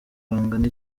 bangana